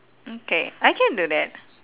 okay I can do that